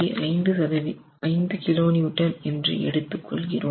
5 kN என்று எடுத்து கொள்கிறோம்